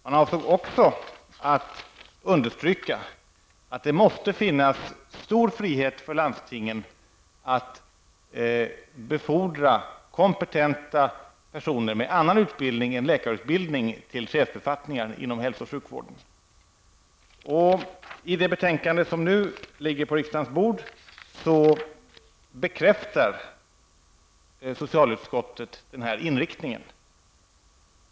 Man avsåg också att understryka att det måste finnas stor frihet för landstingen att befordra kompetenta personer med annan utbildning än läkarutbildning till chefsbefattningar inom hälso och sjukvården. I det betänkande som nu ligger på riksdagens bord bekräftar socialutskottet den här inriktningen.